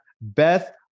Beth